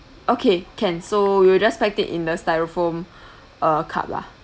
okay can so we'll just pack it in the styrofoam uh cup lah